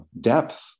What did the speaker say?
depth